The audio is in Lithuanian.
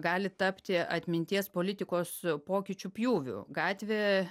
gali tapti atminties politikos pokyčių pjūvių gatvė